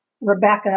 Rebecca